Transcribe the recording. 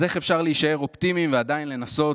אז איך אפשר להישאר אופטימיים ועדיין לקום